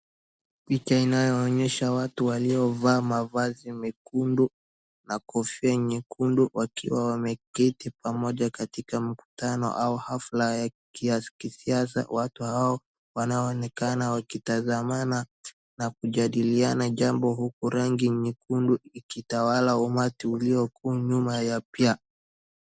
Picha inayoonyesha watu walio vaa mavazi mekundu na kofia nyekundu wakiwa wameketi pamoja katika mkutano au hafla ya kisiasa. Watu hao wanaonekana wakitazamana na kujadiliana jambo huku rangi nyekundu ikitawala umati ulio nyuma ya pia.